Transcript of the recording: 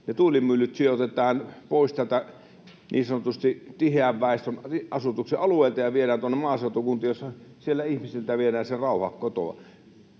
tuulimyllyt sijoitetaan pois täältä niin sanotusti tiheän väestön asutuksen alueelta ja viedään tuonne maaseutukuntiin, joissa ihmisiltä viedään rauha kotoa.